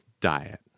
diet